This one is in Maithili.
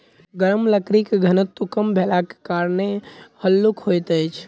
नरम लकड़ीक घनत्व कम भेलाक कारणेँ हल्लुक होइत अछि